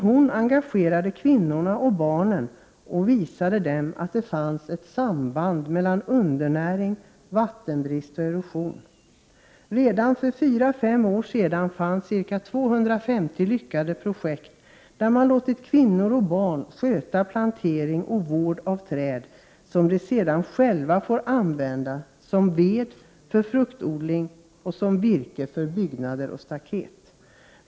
Hon engagerade kvinnorna och barnen och visade dem att det fanns ett samband mellan undernäring, vattenbrist och erosion. Redan för fyra fem år sedan fanns ca 250 lyckade projekt där man låtit kvinnor och barn sköta plantering och vård av träd som de sedan själva får använda som ved, för fruktodling och som virke för byggnader och staket.